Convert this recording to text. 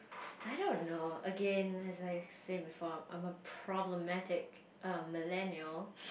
I don't know again as I explained before I'm a problematic um millennial